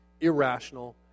irrational